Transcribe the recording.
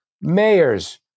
mayors